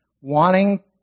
Wanting